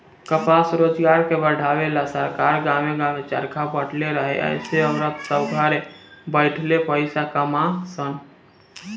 कपास रोजगार के बढ़ावे ला सरकार गांवे गांवे चरखा बटले रहे एसे औरत सभ घरे बैठले पईसा कमा सन